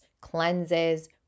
cleanses